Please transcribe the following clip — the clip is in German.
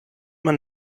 man